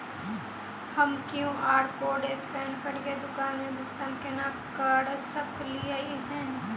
हम QR code scan करके दुकान मे भुगतान केना करऽ सकलिये एहन?